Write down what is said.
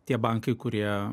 tie bankai kurie